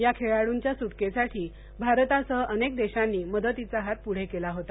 या खेळाडूंच्या सुटकेसाठी भारतासह वनेक देशांनी मदतीचा हात पुढे केला होता